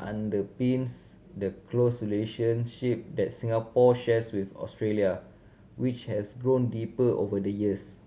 underpins the close relationship that Singapore shares with Australia which has grown deeper over the years